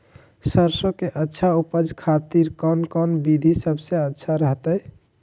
सरसों के अच्छा उपज करे खातिर कौन कौन विधि सबसे अच्छा रहतय?